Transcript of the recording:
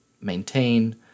maintain